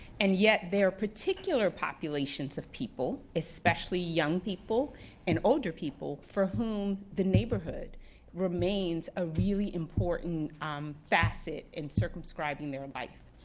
and yet there are particular populations of people, especially young people and older people, for whom the neighborhood remains a really important um facet in circumscribing their life.